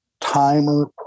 timer